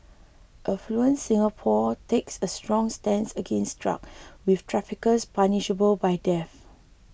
affluent Singapore takes a strong stance against drugs with traffickers punishable by death